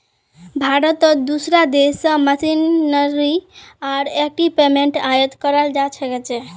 भारतत दूसरा देश स मशीनरी आर इक्विपमेंट आयात कराल जा छेक